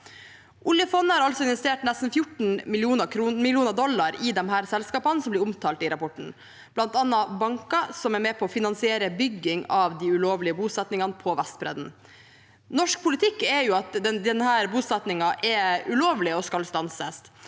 Oljefondet har investert nesten 14 mill. dollar i disse selskapene som blir omtalt i rapporten, bl.a. banker som er med på å finansiere bygging av de ulovlige bosettingene på Vestbredden. Norsk politikk er at denne bosettingen er ulovlig og skal stanses,